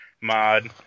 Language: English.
mod